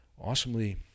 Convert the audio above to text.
awesomely